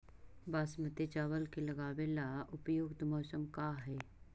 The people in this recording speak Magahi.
बासमती चावल के लगावे ला उपयुक्त मौसम का है?